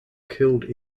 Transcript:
killed